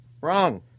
Wrong